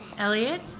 Elliot